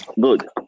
good